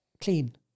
clean